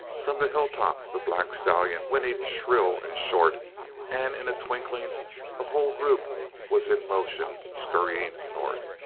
from the hilltop the black stallion whinnied shrill and short and in a twinkling the whole group was in motion scurrying north.